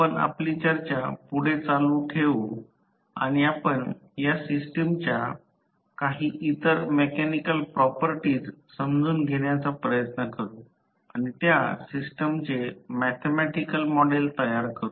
आपण आपली चर्चा पुढे चालू ठेऊ आणि आपण या सिस्टमच्या काही इतर मेकॅनिकल प्रॉपर्टीज समजून घेण्याचा प्रयत्न करू आणि त्या सिस्टमचे मॅथॅमॅटिकल मॉडेल तयार करू